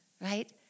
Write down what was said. right